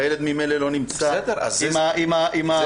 והילד ממילא לא נמצא עם הפושע.